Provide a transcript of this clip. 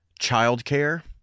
childcare